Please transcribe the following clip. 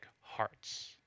hearts